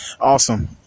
Awesome